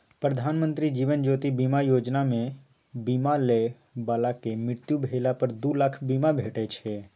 प्रधानमंत्री जीबन ज्योति बीमा योजना मे बीमा लय बलाक मृत्यु भेला पर दु लाखक बीमा भेटै छै